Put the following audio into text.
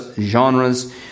genres